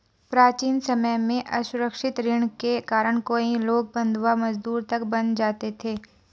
प्राचीन समय में असुरक्षित ऋण के कारण कई लोग बंधवा मजदूर तक बन जाते थे